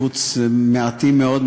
חוץ ממעטים מאוד,